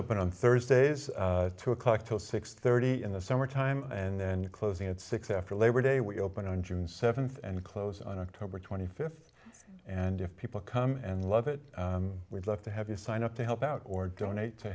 open on thursdays two o'clock to six thirty in the summertime and closing at six after labor day we open on june seventh and close on october twenty fifth and if people come and love it we'd love to have you sign up to help out or donate to